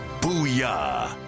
Booyah